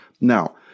Now